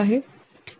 तो यह 0011 है